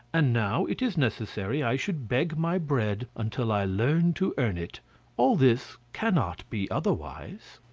and now it is necessary i should beg my bread until i learn to earn it all this cannot be otherwise.